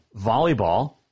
volleyball